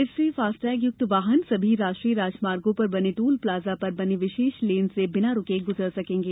इससे फास्टैगयुक्त वाहन सभी राष्ट्रीय राजमार्गो पर बने टोल प्लाजा पर बनी विशेष लेन से बिना रुके गुजर सकेंगे